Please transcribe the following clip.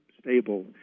stable